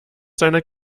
seiner